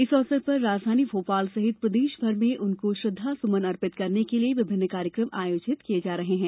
इस अवसर पर राजधानी भोपाल सहित प्रदेशभर में उनको श्रद्धासुमन अर्पित करने के लिए विभिन्न कार्यक्रम आयोजित किये जा रहे हैं